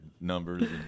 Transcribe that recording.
numbers